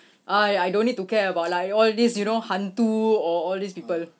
I I don't need to care about like all this you know hantu or all these you people